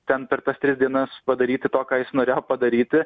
ten per tas tris dienas padaryti to ką jis norėjo padaryti